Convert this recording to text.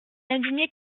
indignés